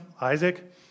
Isaac